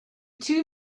two